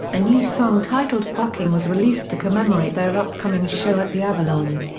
a new song titled fucking was released to commemorate their upcoming show at the avalon.